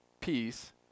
peace